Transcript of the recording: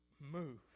move